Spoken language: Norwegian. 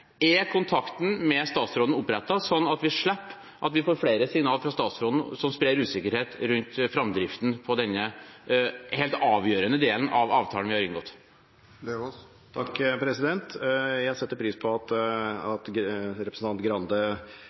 Er kontakten med statsråden opprettet, slik at vi fra statsråden slipper å få flere signaler som sprer usikkerhet rundt framdriften i denne helt avgjørende delen av avtalen vi har inngått? Jeg setter pris på at